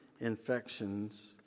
infections